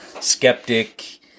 skeptic